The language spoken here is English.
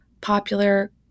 popular